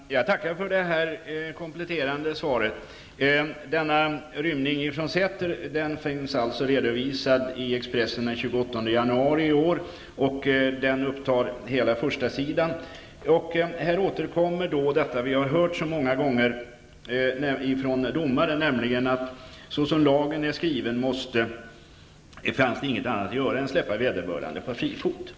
Fru talman! Jag tackar för det kompletterande svaret. Denna rymning från Säter finns redovisad i Expressen den 28 januari i år, och den upptar hela första sidan. Här återkommer detta som vi har hört så många gånger från domare, nämligen att det såsom lagen är skriven inte fanns något annat att göra än att släppa vederbörande på fri fot.